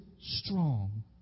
strong